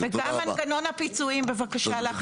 וגם מנגנון הפיצויים בבקשה להכניס לחוק.